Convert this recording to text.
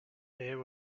there